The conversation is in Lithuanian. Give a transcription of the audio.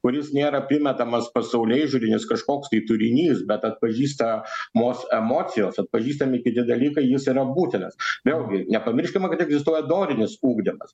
kuris nėra primetamas pasaulėžiūrinis kažkoks tai turinys bet atpažįstamos emocijos atpažįstami kiti dalykai jis yra būtinas vėlgi nepamirškime kad egzistuoja dorinis ugdymas